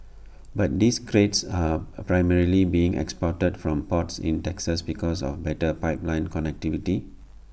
but these grades are primarily being exported from ports in Texas because of better pipeline connectivity